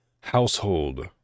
household